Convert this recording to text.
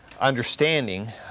understanding